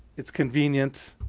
it's convenient.